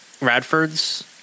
Radford's